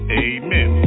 amen